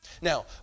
Now